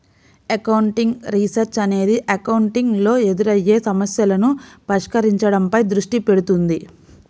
accounting research అనేది accounting లో ఎదురయ్యే సమస్యలను పరిష్కరించడంపై దృష్టి పెడుతుంది